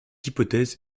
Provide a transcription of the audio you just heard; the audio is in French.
hypothèse